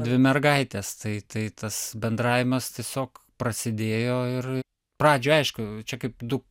dvi mergaitės tai tai tas bendravimas tiesiog prasidėjo ir pradžioj aišku čia kaip du